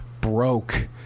broke